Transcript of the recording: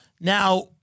Now